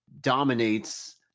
dominates